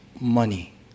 money—